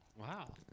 Wow